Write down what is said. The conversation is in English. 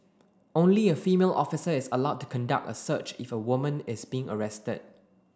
only a female officer is allowed to conduct a search if a woman is being arrested